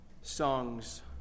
songs